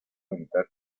militar